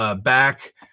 back